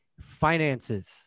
finances